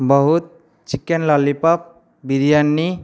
ବହୁତ chicken lollipop biryani